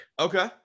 okay